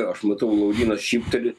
aš matau laurynas šypteli